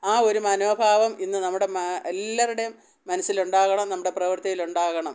ആ ഒരു മനോഭാവം ഇന്ന് നമ്മുടെ എല്ലാവരുടെയും മനസ്സിൽ ഉണ്ടാകണം നമ്മുടെ പ്രവർത്തിയിൽ ഉണ്ടാകണം